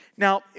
Now